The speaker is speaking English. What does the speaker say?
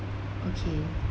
okay